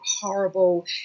horrible